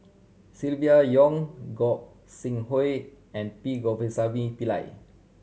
Silvia Yong Gog Sing Hooi and P Govindasamy Pillai